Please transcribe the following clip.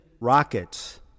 Rockets